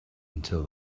until